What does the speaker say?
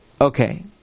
Okay